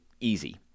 easy